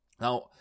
Now